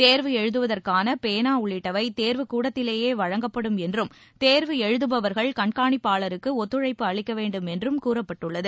தேர்வு எழுதுவதற்கான பேனா உள்ளிட்டவை தேர்வுக் கூடத்திலேயே வழங்கப்படும் என்றும் தேர்வு எழுதுபவர்கள் கண்காணிப்பாளருக்கு ஒத்துழைப்பு அளிக்க வேண்டும் என்றும் கூறப்பட்டுள்ளது